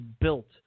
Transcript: built